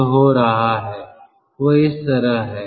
जो हो रहा है वह इस तरह है